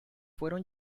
fueron